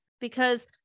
because-